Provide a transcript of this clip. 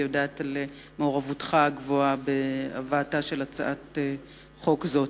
ויודעת על מעורבותך הרבה בהבאת הצעת חוק זאת.